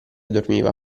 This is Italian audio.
dormiva